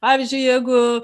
pavyzdžiui jeigu